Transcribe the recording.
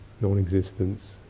non-existence